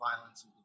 violence